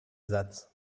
satz